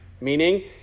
meaning